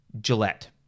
Gillette